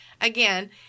Again